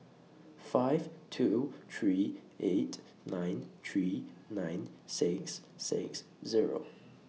five two three eight nine three nine six six Zero